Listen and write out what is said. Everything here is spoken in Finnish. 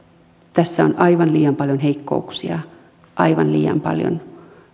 tässä on aivan liian paljon heikkouksia aivan liian paljon